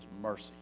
mercy